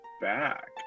back